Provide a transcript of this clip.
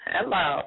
Hello